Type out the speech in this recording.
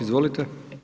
Izvolite.